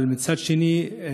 אבל מצד שני,